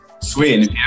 Sweet